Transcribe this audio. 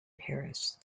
paris